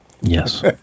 Yes